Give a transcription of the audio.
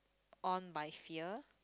on by fear